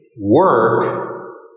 work